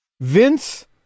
Vince